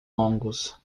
longos